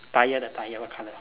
tyre the tyre what colour